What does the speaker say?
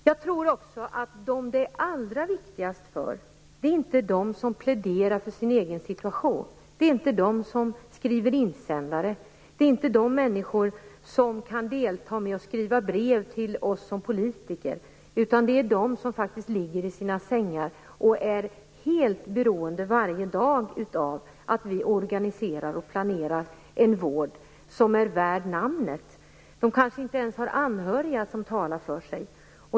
Jag tror också att detta är allra viktigast inte för dem som pläderar för sin egen situation, för dem som skriver insändare eller för de människor som kan skriva brev till oss politiker utan för dem som faktiskt ligger i sina sängar och är helt beroende av att vi organiserar och planerar en vård som är värd namnet. De har kanske inte ens anhöriga som kan tala för dem.